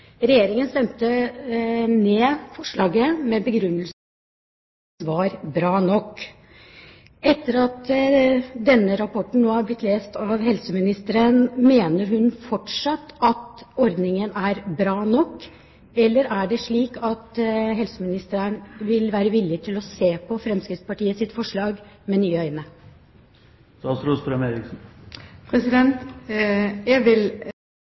Regjeringen gikk imot forslaget med den begrunnelsen at ordningen var bra nok. Etter at denne rapporten er lest av helseministeren, mener hun fortsatt at ordningen er bra nok, eller er det slik at helseministeren vil være villig til å se på Fremskrittspartiets forslag med nye øyne?